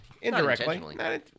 Indirectly